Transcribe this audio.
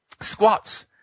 squats